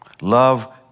Love